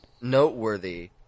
noteworthy